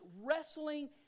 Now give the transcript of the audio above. wrestling